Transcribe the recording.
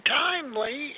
timely